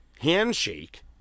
handshake